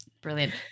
brilliant